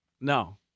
No